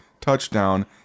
touchdown